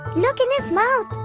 look in his mouth!